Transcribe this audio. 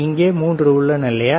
இங்கே 3 உள்ளன இல்லையா